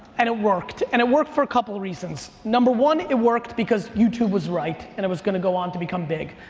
and it worked, and it worked for a couple of reasons. number one, it worked because youtube was right, and it was gonna go on to become big.